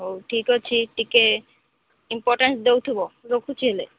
ହଉ ଠିକ ଅଛି ଟିକେ ଇମ୍ପୋଟାନ୍ଷ ଦେଉଥିବ ରଖୁଛି ହେଲେ